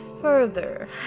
further